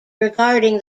regarding